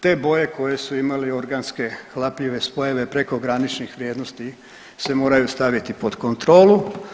Te boje koje su imali organske hlapljive spojeve preko graničnih vrijednosti se moraju staviti pod kontrolu.